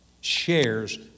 shares